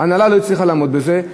ההנהלה לא הצליחה לעמוד בזה,